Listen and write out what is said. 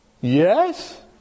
Yes